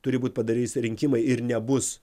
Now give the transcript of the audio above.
turi būt padarys rinkimai ir nebus